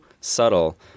subtle